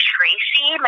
Tracy